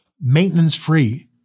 Maintenance-free